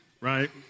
right